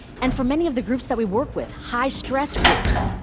and for many of the groups that we work with, high-stress groups,